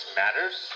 matters